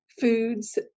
foods